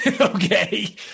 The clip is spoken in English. Okay